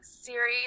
series